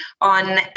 on